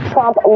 Trump